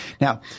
Now